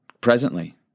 presently